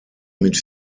mit